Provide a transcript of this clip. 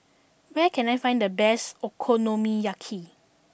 where can I find the best Okonomiyaki